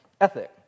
ethic